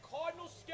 Cardinals